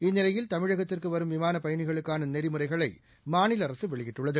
இந்நிலையில் தமிழகத்திற்குவரும் விமானபயணிகளுக்கானநெறிமுறைகளைமாநிலஅரசுவெளியிட்டுள்ளது